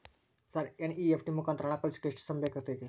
Sir NEFT ಮುಖಾಂತರ ಹಣ ಕಳಿಸೋಕೆ ಎಷ್ಟು ಸಮಯ ಬೇಕಾಗುತೈತಿ?